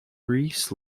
rees